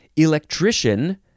Electrician